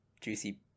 juicy